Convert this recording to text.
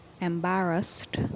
embarrassed